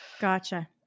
Gotcha